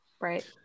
Right